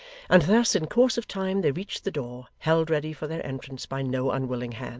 and thus, in course of time, they reached the door, held ready for their entrance by no unwilling hands.